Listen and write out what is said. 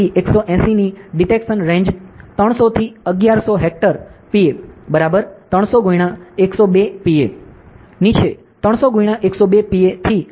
અને આ BMP 180 ની ડિટેકસન રેંજ 300 થી 1100 hector Pa 300 x 102 Pa hector Pa102 Pa ની છે